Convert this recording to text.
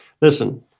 Listen